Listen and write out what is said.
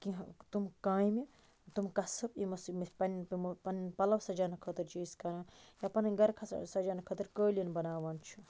کینٛہہ تِم کامہِ تِم قصب یِمو سۭتۍ أسۍ پَنن پَلو سَجاونہٕ خٲطرٕ چھِ أسۍ کَران یا پَننۍ گَرٕ کھَسا سَجاونہٕ خٲطرٕ کٲلیٖن بَناوان چھِ